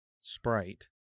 Sprite